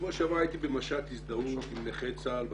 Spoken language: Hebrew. בשבוע שעבר הייתי במשט הזדהות עם נכי צה"ל בכינרת.